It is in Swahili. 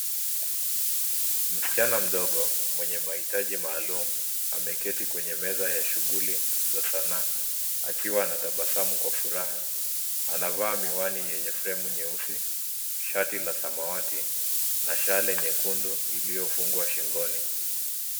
Msichana mdogo mwenye mahitaji maalum ameketi kwenye meza ya shughuli za sanaa akiwa anatabasamu kwa furaha. Anava miwani yenye fremu nyeusi, shati la samawati na shale nyekundu iliyofungwa shingoni.